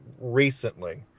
recently